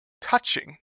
touching